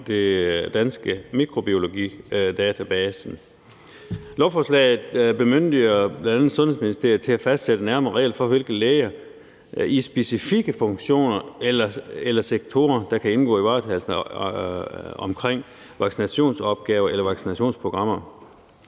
Den Danske Mikrobiologidatabase. Lovforslaget bemyndiger bl.a. Sundhedsministeriet til at fastsætte nærmere regler for, hvilke læger der i specifikke funktioner eller sektorer kan indgå i varetagelsen af vaccinationsopgaver eller vaccinationsprogrammer.